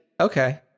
Okay